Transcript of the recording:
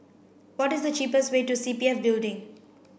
what is the cheapest way to C P F Building